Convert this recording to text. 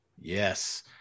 yes